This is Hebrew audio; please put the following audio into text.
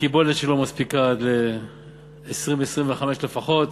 הקיבולת שלו מספיקה עד ל-2020 2025 לפחות,